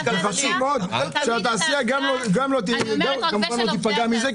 זה חשוב מאוד שהתעשייה לא תיפגע מזה,